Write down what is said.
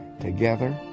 Together